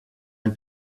ein